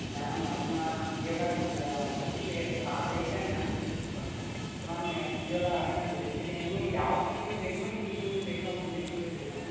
ma'am ಅದನ್ನ ಇವಾಗ ಬ್ಯಾ ಸದ್ಯಕ್ಕೆ ಸ್ಟಾಕ್ ಐತೆ ಮ್ಯಾಮ್ ಮ್ಯಾಮ್ ಯ ಇವಾಗ ಅದನ್ನು ಬೆಳ್ಸ್ತಿದೀವಿ ನಿಮಗೆ ಯಾವ ತಿಂಗ್ಳು ಬೇಕು ಮ್ಯಾಮ್ ಈ ತಿಂಗ್ಳಿಗ್ ಬೇಕಾ ಮುಂದಿನ ತಿಂಗ್ಳಿಗ್ ಬೇಕಾ ಮ್ಯಾಮ್